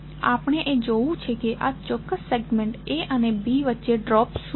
હવે આપણે એ જોવું છે કે આ ચોક્કસ સેગમેન્ટ A અને B વચ્ચે ડ્રોપ શું છે